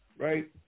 Right